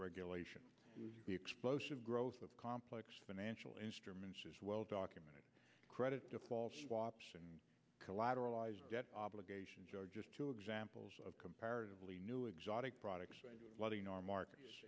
regulation explosive growth of complex financial instruments is well documented credit default swaps and collateralized debt obligations are just two examples of comparatively new exotic products being our market